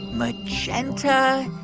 magenta,